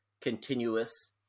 continuous